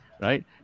right